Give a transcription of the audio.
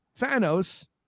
Thanos